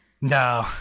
No